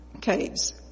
caves